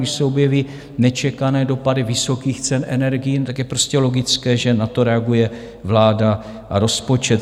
Když se objeví nečekané dopady vysokých cen energií, je prostě logické, že na to reaguje vláda a rozpočet.